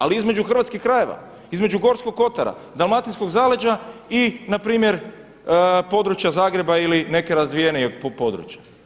Ali između hrvatskih krajeva, između Gorskog kotara, Dalmatinskog zaleđa i na primjer područja Zagreba ili nekih razvijenijih područja.